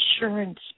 insurance